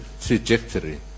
trajectory